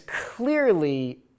clearly